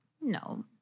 No